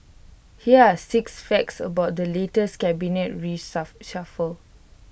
here are six facts about the latest cabinet